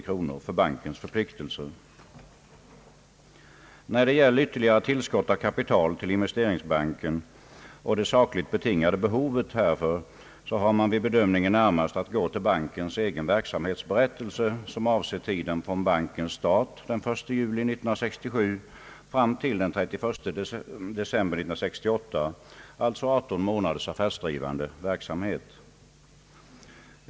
När det gäller ytterligare tillskott av kapital till Investeringsbanken och det sakligt betingade behovet härav har man vid bedömningen närmast att gå till bankens egen verksamhetsberättelse, som avser tiden från bankens start den 1 juli 1967 fram till den 31 december 1968, alltså 18 månaders affärsverksamhet.